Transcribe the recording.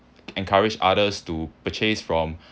encourage others to purchase from